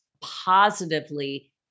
positively